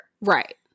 right